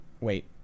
wait